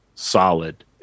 Solid